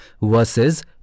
versus